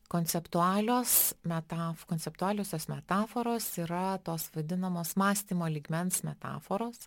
konceptualios metaf konceptualiosios metaforos yra tos vadinamos mąstymo lygmens metaforos